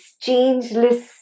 changeless